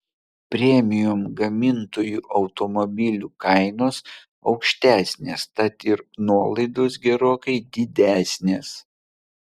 premium gamintojų automobilių kainos aukštesnės tad ir nuolaidos gerokai didesnės